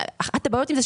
אחת הבעיות עם זה,